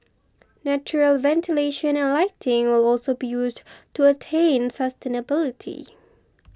natural ventilation and lighting will also be used to attain sustainability